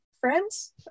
friends